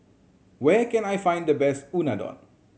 where can I find the best Unadon